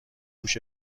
هوش